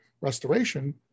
restoration